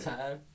time